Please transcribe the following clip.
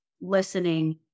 listening